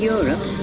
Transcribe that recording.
Europe